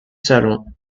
salon